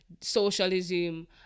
socialism